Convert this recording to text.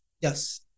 Yes